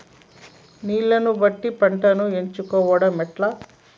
నీళ్లని బట్టి పంటను ఎంచుకోవడం ఎట్లా?